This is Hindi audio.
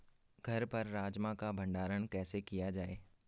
घर पर राजमा का भण्डारण कैसे किया जाय?